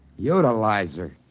Utilizer